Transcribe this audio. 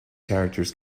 characters